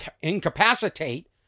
incapacitate